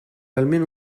almeno